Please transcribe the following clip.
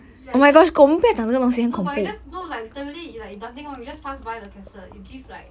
you like just no but you just no like literally you like you nothing wrong you just pass by the casket you give like